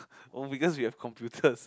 oh because we have computers